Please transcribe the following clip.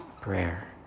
prayer